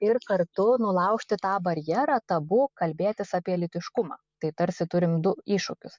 ir kartu nulaužti tą barjerą tabu kalbėtis apie lytiškumą tai tarsi turim du iššūkius